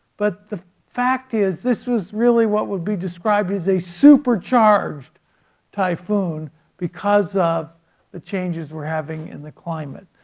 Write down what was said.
but the fact is this is really what would be described as a super charged typhoon because of the changes we're having in the climate.